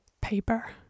paper